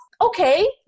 okay